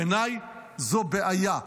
בעיניי זו בעיה.